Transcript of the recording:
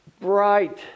bright